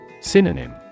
Synonym